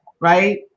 right